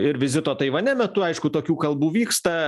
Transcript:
ir vizito taivane metu aišku tokių kalbų vyksta